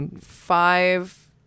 Five